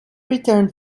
returned